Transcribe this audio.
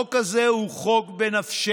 החוק הזה הוא חוק בנפשנו,